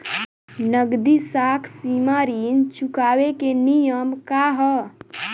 नगदी साख सीमा ऋण चुकावे के नियम का ह?